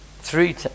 three